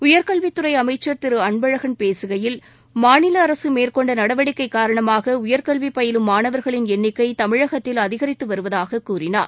உயர்கல்வித்துறை அமைச்சர் திரு அன்பழகன் பேசுகையில் மாநில அரசு மேற்கொண்ட நடவடிக்கை காரணமாக உயர்கல்வி பயிலும் மாணவர்களின் எண்ணிக்கை தமிழகத்தில் அதிகரித்து வருவதாக கூறினார்